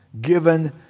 given